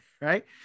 right